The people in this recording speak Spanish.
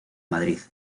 madrid